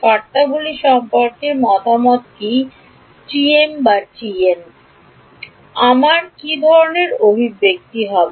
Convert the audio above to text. শর্তাবলী সম্পর্কে মত কি আমার কী ধরণের অভিব্যক্তি হবে